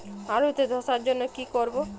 আলুতে ধসার জন্য কি করব?